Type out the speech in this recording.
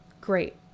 great